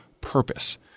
purpose